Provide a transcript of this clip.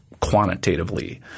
quantitatively